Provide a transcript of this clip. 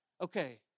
Okay